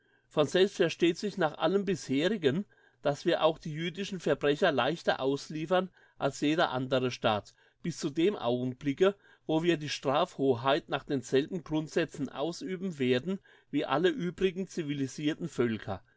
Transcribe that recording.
von selbst versteht sich nach allem bisherigen dass wir auch die jüdischen verbrecher leichter ausliefern als jeder andere staat bis zu dem augenblicke wo wir die strafhoheit nach denselben grundsätzen ausüben werden wie alle übrigen civilisirten völker